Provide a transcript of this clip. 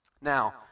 Now